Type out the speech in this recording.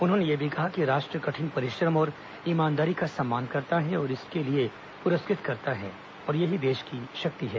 उन्होंने यह भी कहा कि राष्ट्र कठिन परिश्रम और ईमानदारी का सम्मान करता है और इसके लिए पुरस्कृत करता है और यही देश की शक्ति है